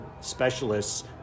specialists